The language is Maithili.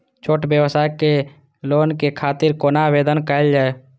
छोट व्यवसाय के लोन के खातिर कोना आवेदन कायल जाय?